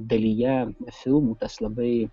dalyje filmų tas labai